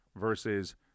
versus